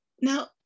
Now